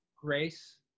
Grace